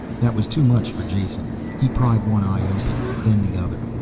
that was too much for jason. he pried one eye open, then the other.